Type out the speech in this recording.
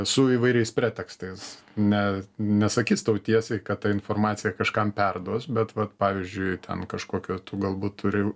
su įvairiais pretekstais ne nesakys tau tiesiai kad tą informaciją kažkam perduos bet vat pavyzdžiui ten kažkokio tu galbūt turi